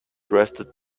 arrested